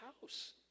house